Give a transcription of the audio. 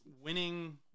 winning